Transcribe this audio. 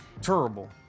terrible